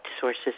sources